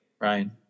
Ryan